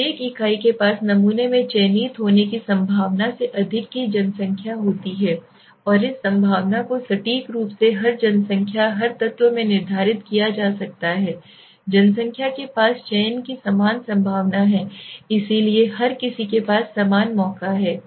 प्रत्येक इकाई के पास नमूने में चयनित होने की संभावना से अधिक की जनसंख्या होती है और इस संभावना को सटीक रूप से हर जनसंख्या हर तत्व में निर्धारित किया जा सकता है जनसंख्या के पास चयन की समान संभावना है इसलिए हर किसी के पास समान मौका है